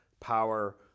power